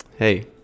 Hey